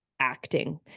acting